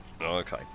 Okay